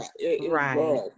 right